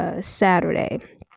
Saturday